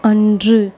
அன்று